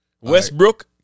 Westbrook